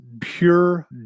pure